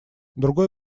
другой